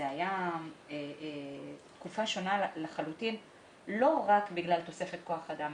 זו הייתה תקופה שונה לחלוטין ולא רק בגלל תוספת כוח אדם.